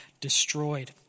destroyed